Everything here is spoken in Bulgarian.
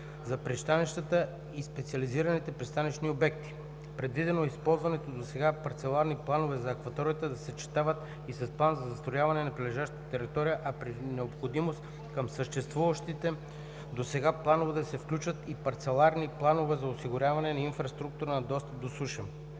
за пристанищата и специализираните пристанищни обекти. Предвидено е използваните досега парцеларни планове за акваторията да се съчетават и с план за застрояване на прилежаща територия, а при необходимост към съществуващите досега планове да се включват и парцеларни планове за осигуряване на инфраструктурата за достъп по суша.